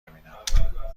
ببینم